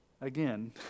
again